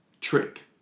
trick